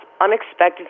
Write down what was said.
unexpected